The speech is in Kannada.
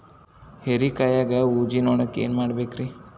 ಹೇರಿಕಾಯಾಗ ಊಜಿ ನೋಣಕ್ಕ ಏನ್ ಮಾಡಬೇಕ್ರೇ?